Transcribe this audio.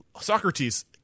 Socrates